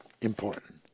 important